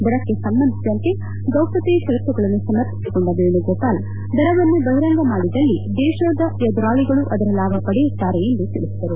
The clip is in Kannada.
ದರಕ್ಕೆ ಸಂಬಂಧಿಸಿದಂತೆ ಗೌಪ್ಯತೆಯ ಪರತ್ತುಗಳನ್ನು ಸಮರ್ಥಿಸಿಕೊಂಡ ವೇಣುಗೋಪಾಲ್ ದರವನ್ನು ಬಹಿರಂಗ ಮಾಡಿದಲ್ಲಿ ದೇಶದ ಎದುರಾಳಿಗಳು ಅದರ ಲಾಭ ಪಡೆಯುತ್ತಾರೆ ಎಂದು ತಿಳಿಸಿದರು